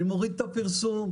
אני מוריד את הפרסום,